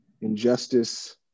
injustice